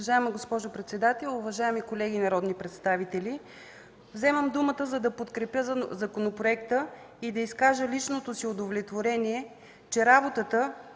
Уважаема госпожо председател, уважаеми колеги народни представители! Вземам думата, за да подкрепя законопроекта и да изкажа личното си удовлетворение, че с работата